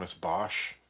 Bosch